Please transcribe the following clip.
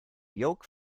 yolk